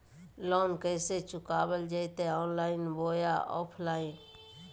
Loan कैसे चुकाबल जयते ऑनलाइन बोया ऑफलाइन?